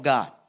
God